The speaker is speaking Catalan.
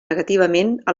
negativament